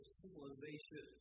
civilization